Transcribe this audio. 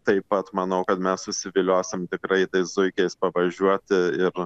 taip pat manau kad mes susiviliosim tikrai tais zuikiais pavažiuoti ir